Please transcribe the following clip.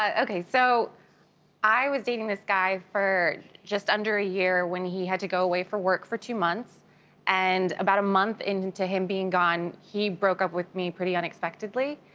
okay so i was dating this guy for just under a year when he had to go away for work for two months and about a month into him being gone he broke up with me pretty unexpectedly.